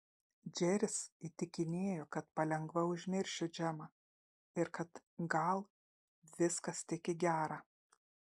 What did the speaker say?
džeris įtikinėjo kad palengva užmiršiu džemą ir kad gal viskas tik į gera